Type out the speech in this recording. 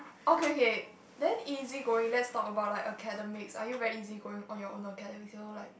okay okay then easy going let's talk about like academics are you very easygoing on your own academics you know like